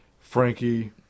Frankie